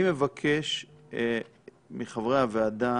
אני מבקש מחברי הוועדה